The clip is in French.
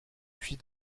puis